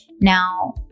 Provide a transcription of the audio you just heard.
Now